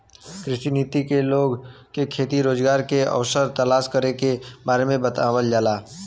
कृषि नीति से लोग के खेती में रोजगार के अवसर तलाश करे के बारे में बतावल जाला